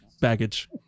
baggage